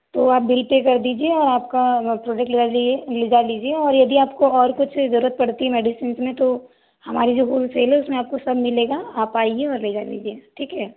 तो आप bill pay कर दीजिए और आपका प्रॉडक्ट रेडी है लेजा लीजिए और यदि आपको और कुछ ज़रूरत पड़ती है मेडिसिन्स में तो हमारे जो होलसेलर में आपको सब मिलेगा आप आइए और लेजा लीजिए ठीक है